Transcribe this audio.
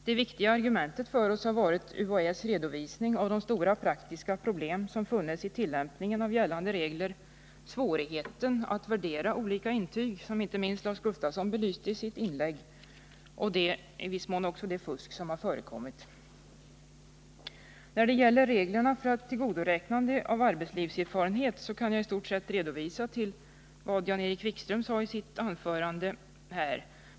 Det viktiga argumentet för oss har varit UHÄ:s redovisning av de stora praktiska problem som funnits i tillämpningen av gällande regler, svårigheten att värdera olika intyg, som inte minst Lars Gustafsson belyste i sitt inlägg, och i viss mån också det fusk som har förekommit. När det gäller reglerna för tillgodoräknande av arbetslivserfarenhet kan jagi stort sett hänvisa till vad Jan-Erik Wikström sade i sitt anförande.